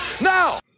Now